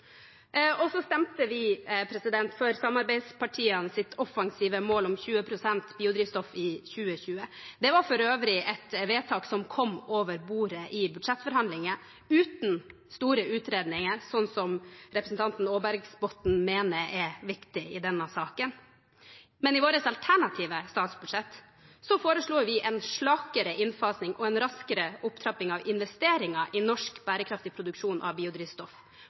Vi stemte for samarbeidspartienes offensive mål om 20 pst. biodrivstoff i 2020. Det var for øvrig et vedtak som kom over bordet i budsjettforhandlinger uten store utredninger, som representanten Aarbergsbotten mener er viktig i denne saken. Men i vårt alternative statsbudsjett foreslår vi en slakere innfasing og en raskere opptrapping av investeringer i norsk bærekraftig produksjon av biodrivstoff